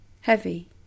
heavy